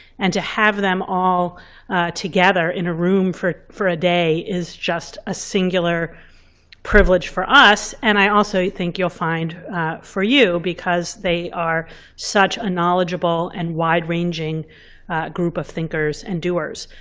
and to have them all together in a room for for a day is just a singular privilege for us. and i also think you'll find for you because they are such a knowledgeable and wide ranging group of thinkers and doers.